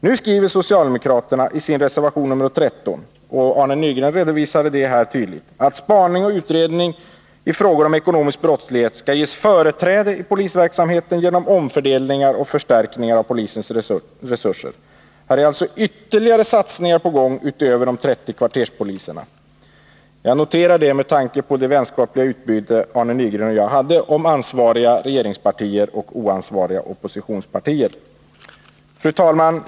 Nu skriver socialdemokraterna i sin reservation nr 13 — Arne Nygren redovisade det tydligt här — att spaning och utredning i fråga om ekonomisk brottslighet skall ges företräde i polisverksamheten genom omfördelningar och förstärkningar av polisens resurser. Här är alltså ytterligare satsningar på gång utöver förslaget om de 30 kvarterspoliserna. Jag noterar detta med tanke på det vänskapliga utbyte som Arne Nygren och jag hade när det gällde ansvariga regeringspartier och oansvariga oppositionspartier. Fru talman!